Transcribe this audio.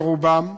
רובם,